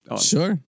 Sure